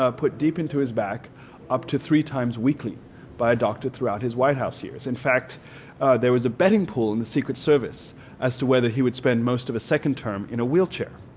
put deep into his back up to three times weekly by a doctor throughout his white house years. in fact there was a betting pool in the secret service as to whether he would spend most of a second term in a wheelchair.